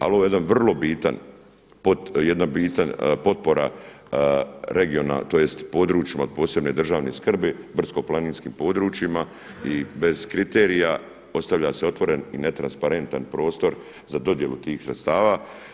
Ali ovo je jedan vrlo bitan, jedna bitna potpora regionalna, tj. područjima od posebne državne skrbi, brdsko-planinskim područjima i bez kriterija ostavlja se otvoren i netransparentan prostor za dodjelu tih sredstava.